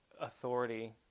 authority